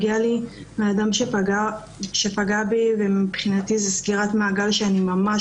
נכנס לנעליים של נפגע העבירה ומנסה